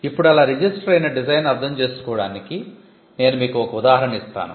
ఇప్పుడు అలా రిజిస్టర్ అయిన డిజైన్ను అర్థం చేసుకోవడానికి నేను మీకు ఒక ఉదాహరణ ఇస్తాను